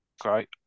Great